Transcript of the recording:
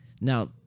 Now